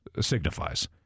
signifies